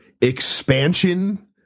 expansion